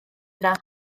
yna